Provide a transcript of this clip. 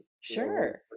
Sure